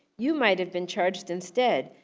you might have been charged instead.